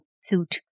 suit